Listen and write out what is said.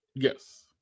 Yes